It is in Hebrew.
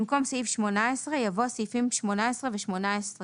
במקום "סעיף 18" יבוא "סעיפים 18 ו-18א,